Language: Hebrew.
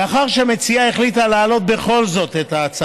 מאחר שהמציעה החליטה להעלות את ההצעה